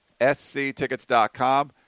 sctickets.com